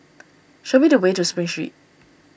show me the way to Spring Street